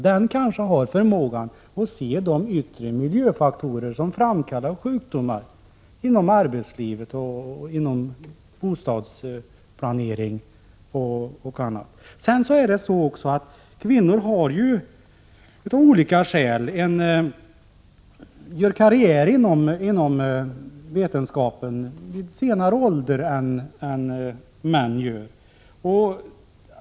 En person med samhällserfarenhet kanske har förmågan att se de yttre miljöfaktorer som framkallar sjukdomar t.ex. inom arbetslivet och inom bostadsplaneringen. Kvinnor gör av olika skäl karriär inom vetenskapen vid en senare ålder än män.